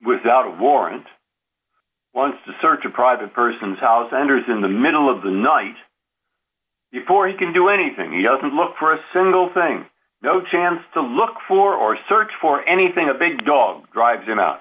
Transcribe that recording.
without a warrant once to search a private person's house anders in the middle of the night before he can do anything yes and look for a single thing no chance to look for or rd for anything a big dog drives him out